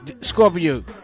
Scorpio